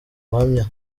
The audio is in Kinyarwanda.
buhamya